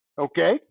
okay